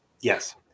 Yes